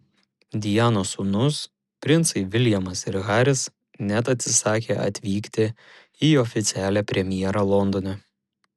dianos sūnūs princai viljamas ir haris net atsisakė atvykti į oficialią premjerą londone